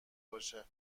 باشه